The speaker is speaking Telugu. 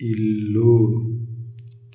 ఇల్లు